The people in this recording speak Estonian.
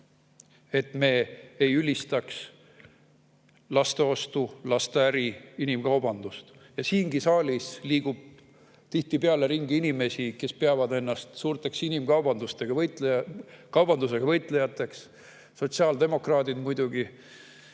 et me ei ülistaks lasteostu, lasteäri, inimkaubandust. Siingi saalis liigub tihtipeale ringi inimesi, kes peavad ennast suurteks inimkaubandusega võitlejateks. Sotsiaaldemokraadid muidugi.